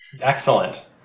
Excellent